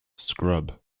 scrub